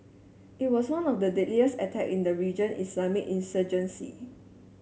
it was one of the deadliest attack in the region Islamist insurgency